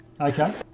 Okay